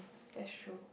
that's true